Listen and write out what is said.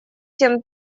семь